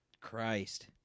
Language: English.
christ